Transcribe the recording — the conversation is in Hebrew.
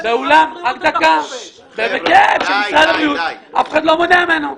משרד הבריאות אף אחד לא מונע ממנו.